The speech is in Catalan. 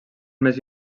més